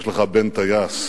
יש לך בן טייס,